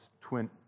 twin